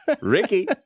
Ricky